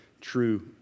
true